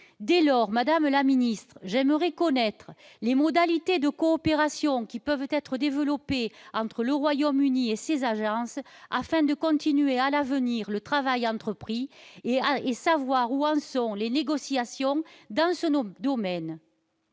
dès lors, Madame la Ministre, j'aimerais connaître les modalités de coopération qui peuvent être développés entre le Royaume-Uni et ces agences afin de continuer à l'avenir le travail entrepris et à et savoir seront les négociations d'un se nomme domaine.